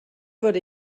würde